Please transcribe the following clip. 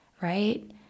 right